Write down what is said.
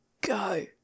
Go